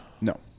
No